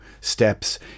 steps